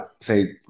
say